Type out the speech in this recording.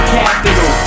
capital